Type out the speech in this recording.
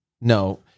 no